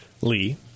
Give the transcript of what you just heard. Lee